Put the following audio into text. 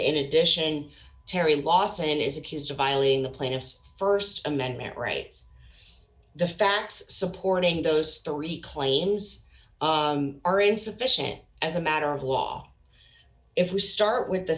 in addition terri lawson is accused of violating the plaintiff's st amendment rights the facts supporting those three claims are insufficient as a matter of law if we start with the